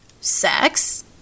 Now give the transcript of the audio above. Sex